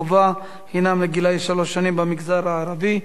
חובה חינם לגילאי שלוש שנים במגזר הערבי,